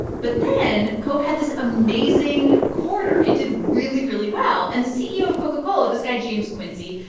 but then coke had this amazing quarter. it did really, really well. and the ceo of coca-cola, this guy james quincey,